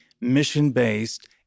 mission-based